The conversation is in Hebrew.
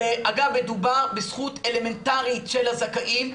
ואגב מדובר בזכות אלמנטרית של הזכאים,